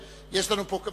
יש לנו פה כמה